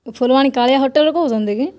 ଫୁଲବାଣୀ କାଳିଆ ହୋଟେଲରୁ କହୁଛନ୍ତି କି